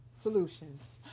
solutions